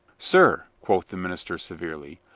sir, quoth the minister severely,